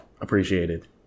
appreciated